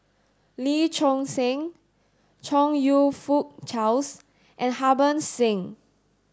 Lee Choon Seng Chong You Fook Charles and Harbans Singh